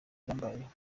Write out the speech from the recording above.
byambayeho